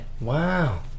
Wow